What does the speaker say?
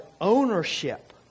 ownership